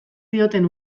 zioten